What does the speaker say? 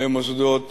למוסדות